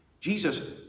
Jesus